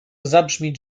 zabrzmieć